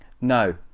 No